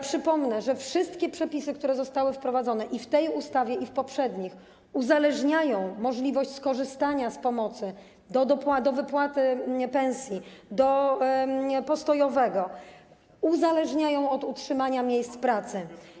Przypomnę, że wszystkie przepisy, które zostały wprowadzone i w tej ustawie, i w poprzednich ustawach, uzależniają możliwość skorzystania z pomocy, do wypłaty pensji, do postojowego, od utrzymania miejsc pracy.